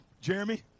Jeremy